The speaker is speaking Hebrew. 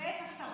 ואת השרות.